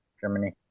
Germany